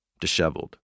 disheveled